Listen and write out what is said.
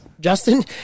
Justin